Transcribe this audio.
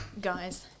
guys